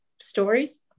stories